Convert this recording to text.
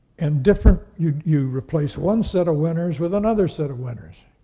and different, you you replace one set of winners with another set of winners.